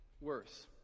worse